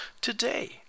today